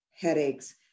headaches